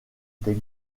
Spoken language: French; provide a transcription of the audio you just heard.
des